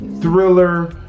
thriller